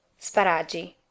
sparagi